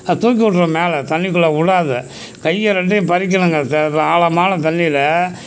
அது தூக்கிவிட்ரும் மேலே தண்ணிக்குள்ள விடாது கையை ரெண்டையும் பறிக்கணுங்க த ஆழமான தண்ணியில்